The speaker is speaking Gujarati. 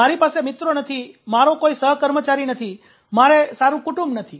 મારી પાસે મિત્રો નથી મારો કોઈ સહકર્મચારી નથી મારે સારું કુટુંબ નથી